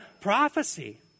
prophecy